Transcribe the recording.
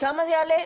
כמה זה יעלה,